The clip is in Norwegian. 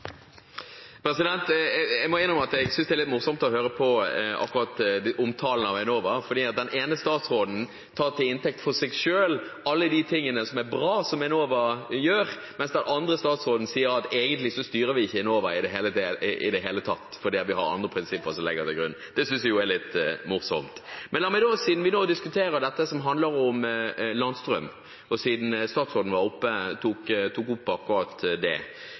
Jeg må innrømme at jeg synes det er litt morsomt å høre akkurat den omtalen av Enova, for den ene statsråden tar til inntekt for seg selv alt det bra som Enova gjør, mens den andre statsråden sier at egentlig styrer vi ikke Enova i det hele tatt fordi det er andre prinsipper som ligger til grunn. Det synes jeg er litt morsomt. Siden vi nå diskuterer dette som handler om landstrøm, siden statsråden tok opp akkurat det, og siden Høyres representant tok opp at det nå er en ny runde med tildeling fra Enova på landstrøm, la meg da stille følgende konkrete spørsmål: I første runde ble det